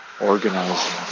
organizing